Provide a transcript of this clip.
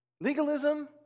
legalism